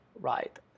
right